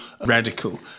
radical